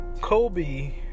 Kobe